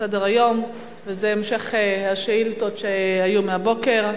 וזה המשך השאילתות שהיו בבוקר.